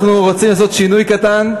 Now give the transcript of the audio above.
אנחנו רוצים לעשות שינוי קטן.